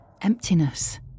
emptiness